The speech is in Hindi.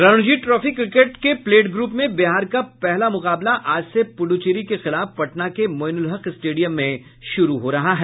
रणजी ट्रॉफी क्रिकेट के प्लेट ग्रुप में बिहार का पहला मुकाबला आज से पुड्ड्रचेरी के खिलाफ पटना के मोईनुल हक स्टेडियम में शुरू हो रहा है